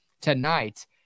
tonight